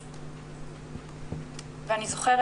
ואני זוכרת